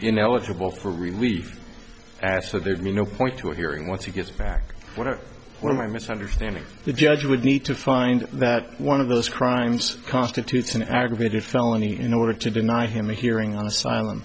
ineligible for relief after they've no point to a hearing once he gets back when i know my misunderstanding the judge would need to find that one of those crimes constitutes an aggravated felony in order to deny him a hearing on asylum